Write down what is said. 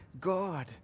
God